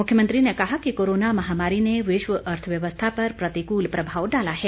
मुख्यमंत्री ने कहा कि कोरोना महामारी ने विश्व अर्थव्यवस्था पर प्रतिकूल प्रभाव डाला है